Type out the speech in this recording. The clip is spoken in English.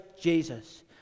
Jesus